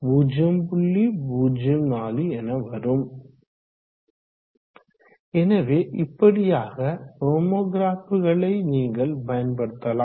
04 என வரும் எனவே இப்படியாக நோமொகிராப்களை நீங்கள் பயன்படுத்தலாம்